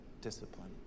discipline